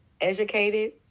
Educated